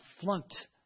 flunked